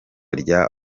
rya